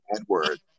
Edward